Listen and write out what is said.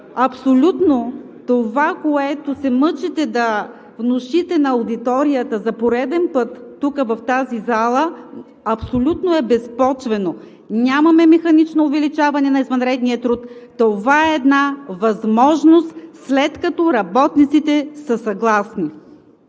абсолютно това, което се мъчите да внушите на аудиторията за пореден път тук, в тази зала, е абсолютно безпочвено. Нямаме механично увеличение на извънредния труд. Това е една възможност, след като работниците са съгласни.